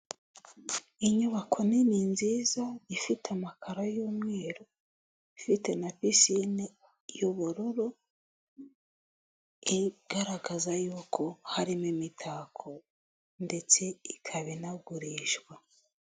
Inyubako nini nziza ifite amakara y'umweru ifite na pisine y'ubururu igaragaza yuko harimo imitako ndetse ikaba inagurishwa.